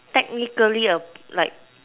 technically a like